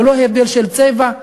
ללא הבדל של צבע,